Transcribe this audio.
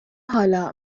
حالا